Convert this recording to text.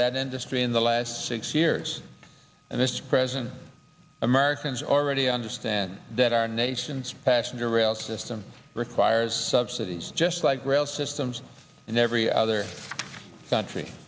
that industry in the last six years and this present americans already understand that our nation's passenger rail system requires subsidies just like rail systems in every other country